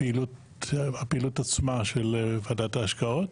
הפעילות עצמה של ועדת ההשקעות.